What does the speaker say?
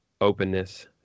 openness